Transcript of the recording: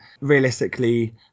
realistically